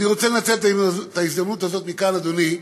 אני רוצה לנצל את ההזדמנות הזאת כאן, אדוני.